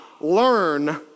learn